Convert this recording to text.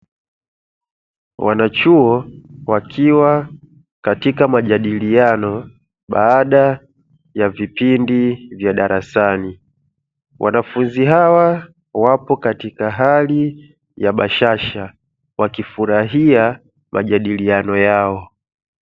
Wanachuo wakiwa katika majadaliano baada ya vipindi vya darasani, wanafunzi hawa wapo katika hali ya bashasha, wakifurahia majadiliano yao.